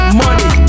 money